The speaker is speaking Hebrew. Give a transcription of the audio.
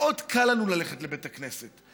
מאוד קל לנו ללכת לבית הכנסת.